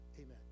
Amen